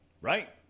Right